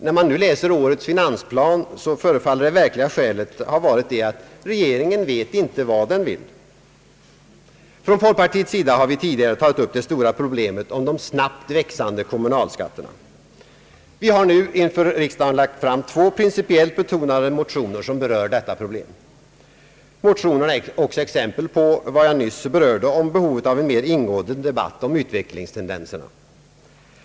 När man nu läser årets finansplan förefaller det verkliga skälet ha varit att regeringen inte vet vad den vill. Från folkpartiets sida har vi tidigare tagit upp det stora problemet om de snabbt växande kommunalskatterna. Vi har nu inför riksdagen lagt två principiellt betonade motioner som berör dessa problem. Motionerna är också exempel på vad jag nyss berörde om behovet av en mer ingående debatt om utvecklingstendenserna i vårt land.